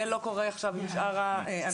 זה לא קורה עכשיו עם שאר הדוברים,